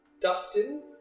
Dustin